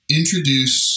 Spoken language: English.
introduce